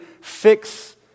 fix